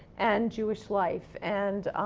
and jewish life. and,